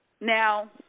Now